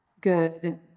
good